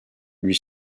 lui